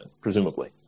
presumably